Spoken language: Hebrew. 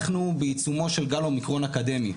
אנחנו בעיצומו של גל אומיקרון אקדמי.